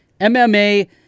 MMA